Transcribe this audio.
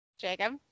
Jacob